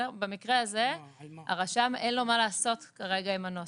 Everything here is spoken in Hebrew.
במקרה הזה הרשם, אין לו מה לעשות כרגע עם הנוסח.